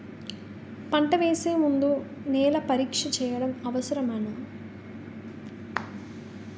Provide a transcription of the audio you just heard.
పంట వేసే ముందు నేల పరీక్ష చేయటం అవసరమా?